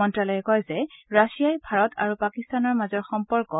মন্ত্যালয়ে কয় যে ৰাছিয়াই ভাৰত আৰু পাকিস্তানৰ মাজৰ সম্পৰ্ক